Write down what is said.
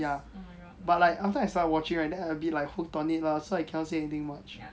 but like after I start watching right then I a bit like hook on it lah so I cannot say much